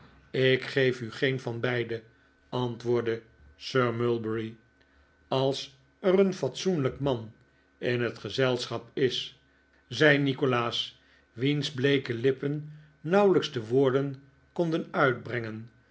ik geef u geen van beide antwoordde sir mulberry als er een fatsoenlijk man in het gezelschap is zei nikolaas wiens bleeke lippen nauwelijks de woorden konden uitbrengen